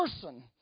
person